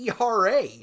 ERA